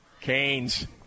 Canes